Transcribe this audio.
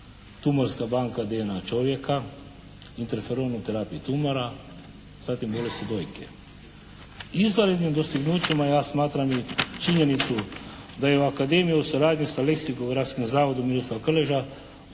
tumorska banka DNA čovjeka, interferon u terapiji tumora, zatim bolesti dojke. Izvanrednim dostignućima ja smatram i činjenicu da je Akademija u suradnji sa Leksikografskim zavodom "Miroslav Krleža"